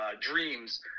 dreams